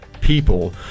people